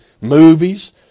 movies